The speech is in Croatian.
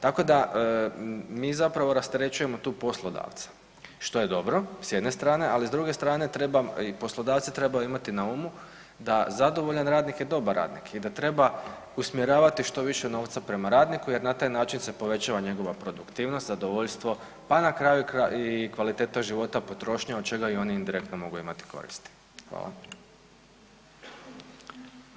Tako da mi zapravo tu rasterećujemo poslodavca što je dobro s jedne strane, ali s druge strane poslodavci trebaju imati na umu da zadovoljan radnik je dobar radnik i da treba usmjeravati što više novca prema radniku jer na taj način se povećava njegova produktivnost, zadovoljstvo pa na kraju i kvaliteta života, potrošnja od čega i oni indirektno mogu imati koristi.